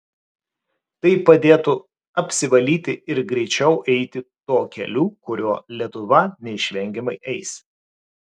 tai padėtų apsivalyti ir greičiau eiti tuo keliu kuriuo lietuva neišvengiamai eis